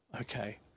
okay